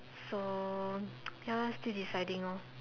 so ya lah still deciding orh